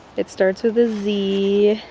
it starts with a z.